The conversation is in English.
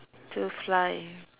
to fly